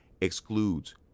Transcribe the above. excludes